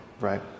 right